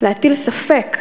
להטיל ספק,